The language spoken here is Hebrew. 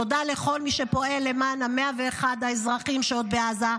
תודה לכל מי שפועל למען 101 האזרחים שעוד בעזה.